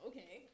Okay